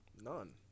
none